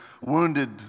wounded